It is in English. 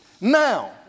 now